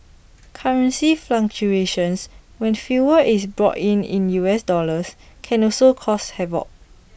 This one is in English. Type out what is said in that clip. currency fluctuations when fuel is bought in U S dollars can also cause havoc